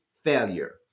failure